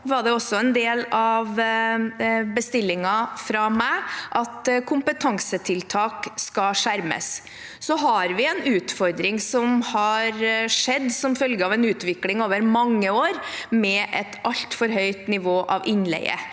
var det også en del av bestillingen fra meg at kompetansetiltak skal skjermes. Så har vi en utfordring, som følge av en utvikling over mange år, med et altfor høyt nivå av innleie.